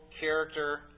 character